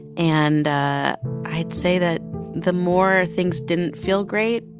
and ah i'd say that the more things didn't feel great,